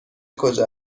کجا